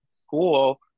school